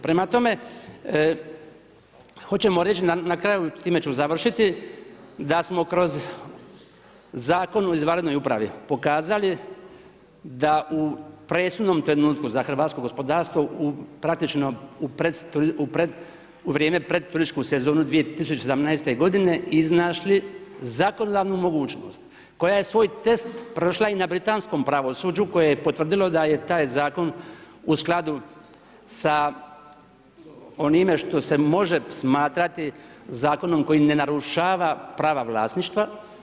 Prema tome, hoćemo reći na kraju, s time ću završiti, da smo kroz Zakon o izvanrednoj upravi pokazali da u presudnom trenutku za hrvatsko gospodarstvo u praktično u vrijeme pred turističku sezonu 2017. godine iznašli zakonodavnu mogućnost koja je svoj test prošla i na britanskom pravosuđu koje je potvrdilo da je taj zakon u skladu sa onime štose može smatrati zakonom koji ne narušava prava vlasništva.